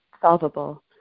solvable